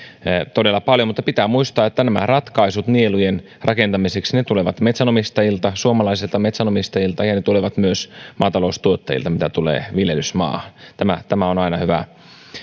todella paljon mutta pitää muistaa että ratkaisut nielujen rakentamiseksi tulevat metsänomistajilta suomalaisilta metsänomistajilta ja ne tulevat myös maataloustuotteilta mitä tulee viljelysmaahan tämä tämä on aina hyvä